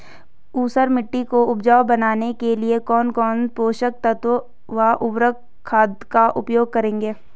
ऊसर मिट्टी को उपजाऊ बनाने के लिए कौन कौन पोषक तत्वों व उर्वरक खाद का उपयोग करेंगे?